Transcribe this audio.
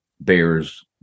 bears